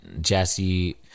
Jesse